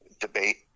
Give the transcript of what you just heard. debate